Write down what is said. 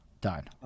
done